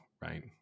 right